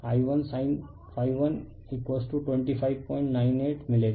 I1sin 1 2598मिलेगा